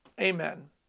Amen